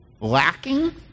lacking